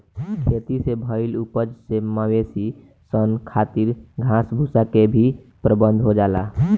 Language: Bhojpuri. खेती से भईल उपज से मवेशी सन खातिर घास भूसा के भी प्रबंध हो जाला